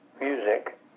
music